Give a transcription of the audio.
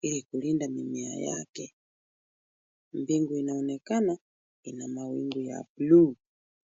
ili kulinda mimea yake. Mbingu inaonekana ,ina mawingu ya blue .